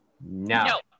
No